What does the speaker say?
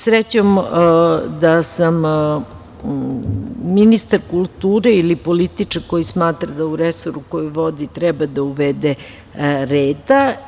Srećom da sam ministar kulture ili političar koji smatra da u resoru koji vodi treba da uvede reda.